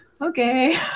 okay